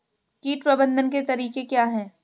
कीट प्रबंधन के तरीके क्या हैं?